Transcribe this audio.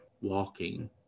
walking